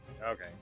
Okay